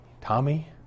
Tommy